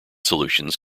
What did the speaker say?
solutions